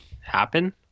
happen